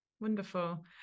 Wonderful